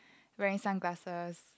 wearing sunglasses